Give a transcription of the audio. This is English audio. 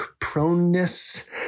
proneness